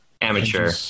Amateur